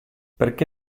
perché